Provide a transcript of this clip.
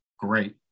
great